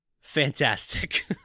Fantastic